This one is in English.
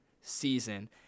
season